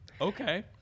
Okay